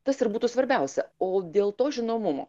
tas ir būtų svarbiausia o dėl to žinomumo